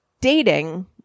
dating